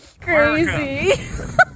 Crazy